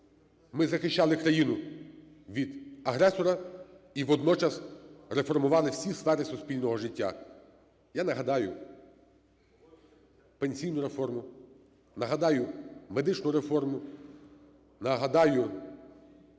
Ми захищали країну від агресора і водночас реформували всі сфери суспільного життя. Я нагадаю пенсійну реформу, нагадаю медичну реформу, нагадаю